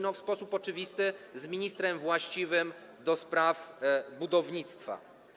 No, to oczywiste, z ministrem właściwym do spraw budownictwa.